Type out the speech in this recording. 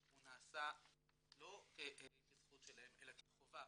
הוא נעשה לא כזכות שלהם אלא כחובה,